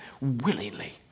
willingly